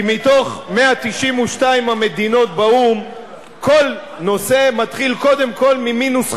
כי מתוך 192 המדינות באו"ם כל נושא מתחיל קודם כול ממינוס 57,